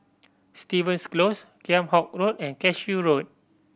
Stevens Close Kheam Hock Road and Cashew Road